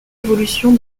évolution